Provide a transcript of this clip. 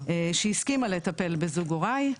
הסכימה לטפל בזוג הוריי.